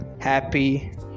happy